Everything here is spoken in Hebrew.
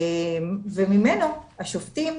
וממנו השופטים,